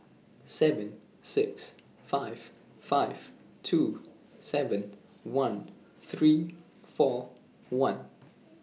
seven six five five two seven one three four one